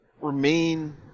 remain